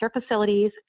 facilities